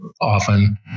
often